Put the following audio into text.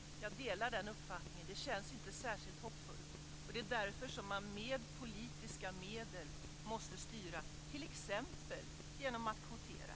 Herr talman! Jag delar den uppfattningen. Det känns inte särskilt hoppfullt. Det är därför som man måste styra med politiska medel - t.ex. genom att kvotera.